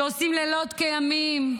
שעושים לילות כימים.